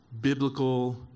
biblical